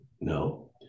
No